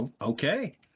Okay